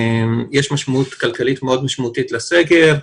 יש משמעות כלכלית מאוד משמעותית לסגר.